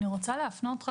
אני רוצה להפנות,